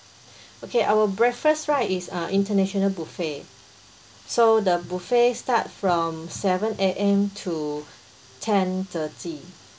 okay our breakfast right it's uh international buffet so the buffet start from seven A_M to ten thirty